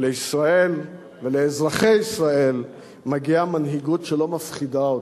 ולישראל ולאזרחי ישראל מגיעה מנהיגות שלא מפחידה אותם,